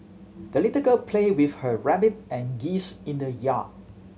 the little girl played with her rabbit and geese in the yard